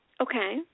Okay